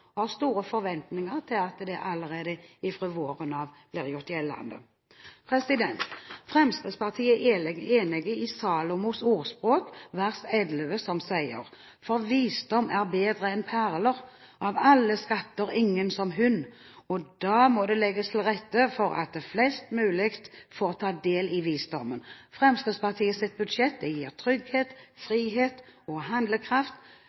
Vi har store forventninger til at det allerede fra våren av blir gjort gjeldende. Fremskrittspartiet er enig i Salomos ordspråk 8,11, der det står: «For Visdommen er bedre enn perler, av alle skatter er ingen som hun.» Da må det legges til rette for at flest mulig får ta del i visdommen. Fremskrittspartiets budsjett gir trygghet, frihet og handlekraft